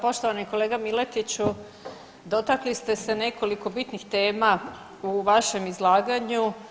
Poštovani kolega Miletiću dotakli ste se nekoliko bitnih tema u vašem izlaganju.